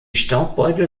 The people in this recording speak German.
staubbeutel